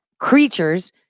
Creatures